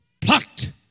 plucked